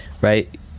right